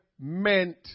meant